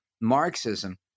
Marxism